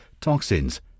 toxins